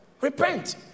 repent